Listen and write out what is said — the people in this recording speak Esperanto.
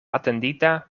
atendita